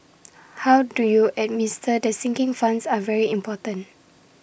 how do you administer the sinking funds are very important